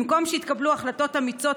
במקום שיתקבלו החלטות אמיצות,